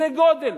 זה גודל,